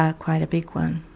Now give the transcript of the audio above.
ah quite a big one.